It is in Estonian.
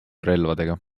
relvadega